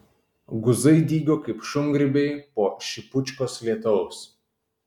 guzai dygo kaip šungrybiai po šipučkos lietaus